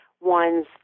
One's